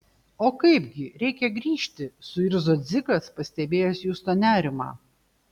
o kaipgi reikia grįžti suirzo dzigas pastebėjęs justo nerimą